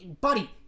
buddy